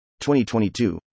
2022